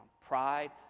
Pride